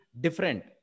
different